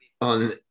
on